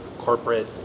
Corporate